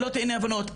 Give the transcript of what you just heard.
שלא תהינה אי הבנות,